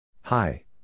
Hi